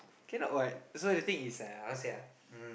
cannot what that's why the thing is I how to say ah